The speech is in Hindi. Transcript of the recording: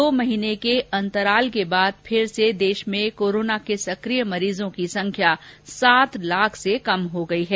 दो महीने के अंतराल के बाद फिर से देश में कोरोना के सक्रिय मरीजों की संख्या सात लाख से कम हो गई है